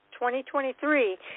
2023